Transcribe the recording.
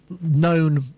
known